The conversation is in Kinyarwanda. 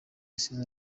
yasize